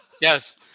Yes